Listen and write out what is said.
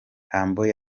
humble